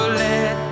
let